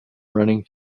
running